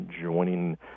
joining